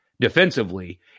defensively